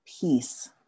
Peace